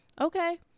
Okay